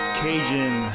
cajun